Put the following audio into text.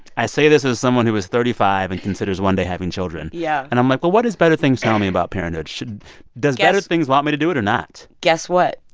i say this as someone who is thirty five and considers one day having children yeah and i'm like, well, what is better things telling me about parenthood? should does. guess. better things want me to do it or not? guess what?